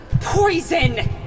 Poison